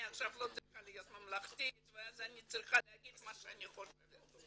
אני לא צריכה להיות עכשיו ממלכתי אז אני אומרת מה שאני חושבת.